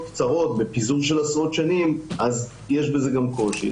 קצרות בפיזור של עשרות שנים אז יש בזה גם קושי.